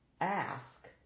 ask